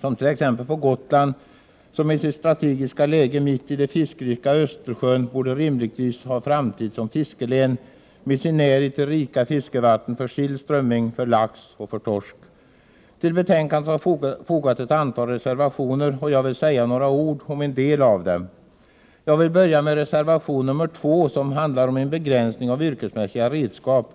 på t.ex. Gotland, som med sitt strategiska läge mitt i den fiskrika Östersjön rimligtvis borde ha en framtid som fiskelän med sin närhet till rika fiskevatten med sill, strömming, lax och torsk. Till betänkandet finns fogade ett antal reservationer, och jag vill säga några ord om vissa av dem. Jag vill börja med reservation 2, som handlar om begränsning av yrkesmässiga redskap.